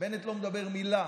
בנט לא מדבר מילה.